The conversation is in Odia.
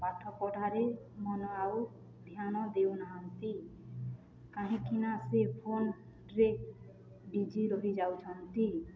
ପାଠ ପଢ଼ାରେ ମନ ଆଉ ଧ୍ୟାନ ଦେଉନାହାନ୍ତି କାହିଁକିନା ସେ ଫୋନ୍ରେ ବିଜି ରହିଯାଉଛନ୍ତି